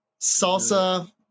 Salsa